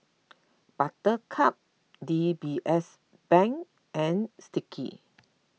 Buttercup D B S Bank and Sticky